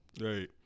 right